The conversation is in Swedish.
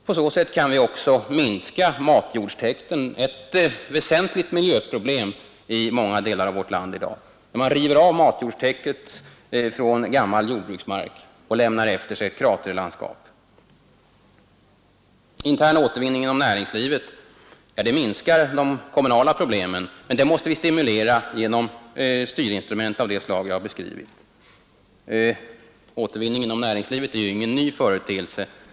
På så sätt kan vi också minska matjordstäkten — ett väsentligt miljöproblem i många delar av vårt land i dag, när man river av matjordstäcket från gammal jordbruksmark och lämnar efter sig ett kraterlandskap. Intern återvinning inom näringslivet — ja, det minskar de kommunala problemen, men det måste vi stimulera genom styrinstrument av det slag jag har beskrivit. Återvinning inom näringslivet är ju ingen ny företeelse.